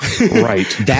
Right